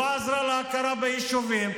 לא עזרה להכרה ביישובים.